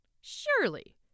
Surely